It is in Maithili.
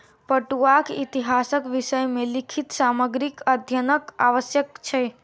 पटुआक इतिहासक विषय मे लिखित सामग्रीक अध्ययनक आवश्यक छै